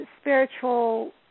spiritual